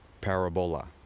parabola